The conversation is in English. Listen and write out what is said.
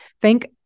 Thank